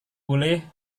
boleh